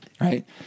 right